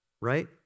right